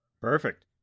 Perfect